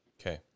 Okay